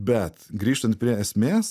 bet grįžtant prie esmės